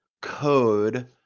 code